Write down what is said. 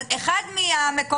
אז אחד מהמקומות,